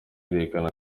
irerekana